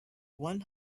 one